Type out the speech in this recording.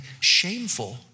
shameful